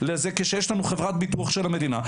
כשיש לנו חברת ביטוח של המדינה?